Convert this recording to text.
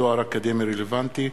תואר אקדמי רלוונטי),